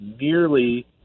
nearly